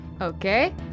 Okay